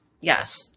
Yes